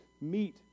meet